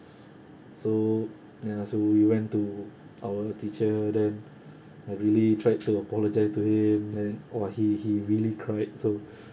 so ya so we went to our teacher then I really tried to apologise to him then !wah! he he really cried so